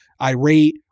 irate